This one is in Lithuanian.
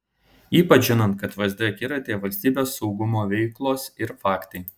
ypač žinant kad vsd akiratyje valstybės saugumo veiklos ir faktai